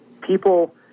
people